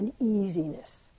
uneasiness